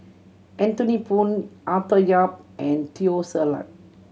Anthony Poon Arthur Yap and Teo Ser Luck